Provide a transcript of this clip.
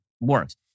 works